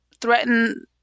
threaten